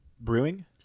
Brewing